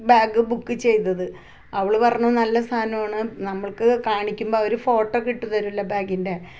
bag book ചെയ്തത് അവൾ പറഞ്ഞു നല്ല സാനോണ് നമ്മൾക്ക് കാണിക്കുമ്പം അവർ കാണിക്കുമ്പം ഫോട്ടൊക്കെ ഇട്ട് തരുവല്ലോ ബാഗിൻ്റെ